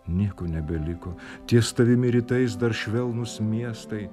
nieko nebeliko ties tavimi rytais dar švelnūs miestai